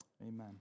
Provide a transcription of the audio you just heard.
Amen